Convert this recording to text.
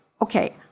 okay